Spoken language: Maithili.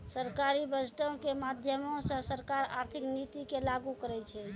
सरकारी बजटो के माध्यमो से सरकार आर्थिक नीति के लागू करै छै